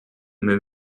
mais